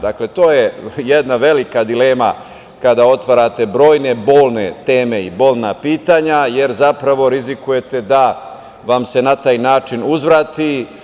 Dakle, to je jedna velika dilema kada otvarate brojne bolne teme i bolna pitanja, jer zapravo rizikujete da vam se na taj način uzvrati.